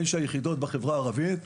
תשע יחידות בחברה הערבית,